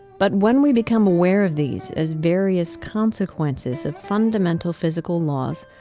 but when we become aware of these as various consequences of fundamental physical laws,